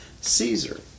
Caesar